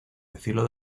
decirlo